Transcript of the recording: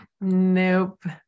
nope